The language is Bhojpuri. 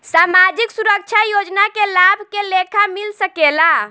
सामाजिक सुरक्षा योजना के लाभ के लेखा मिल सके ला?